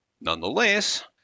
Nonetheless